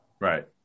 Right